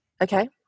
Okay